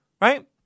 Right